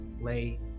lay